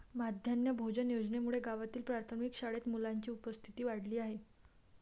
माध्यान्ह भोजन योजनेमुळे गावातील प्राथमिक शाळेत मुलांची उपस्थिती वाढली आहे